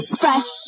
fresh